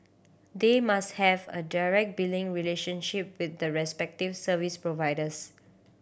they must have a direct billing relationship with the respective service providers